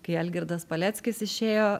kai algirdas paleckis išėjo